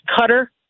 cutter